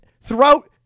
throughout